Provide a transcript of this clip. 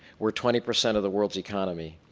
we're twenty percent of the world's economy.